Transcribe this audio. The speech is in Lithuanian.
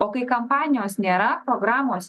o kai kampanijos nėra programos